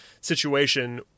situation